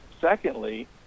Secondly